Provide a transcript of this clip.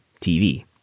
TV